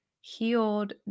healed